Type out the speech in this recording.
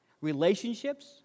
relationships